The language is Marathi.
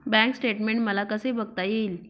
बँक स्टेटमेन्ट मला कसे बघता येईल?